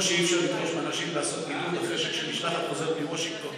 כמו שאי-אפשר לדרוש מאנשים לעשות בידוד אחרי שכשמשלחת חוזרת מוושינגטון